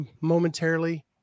momentarily